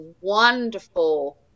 wonderful